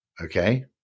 okay